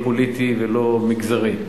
לא פוליטי ולא מגזרי.